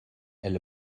elle